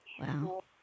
Wow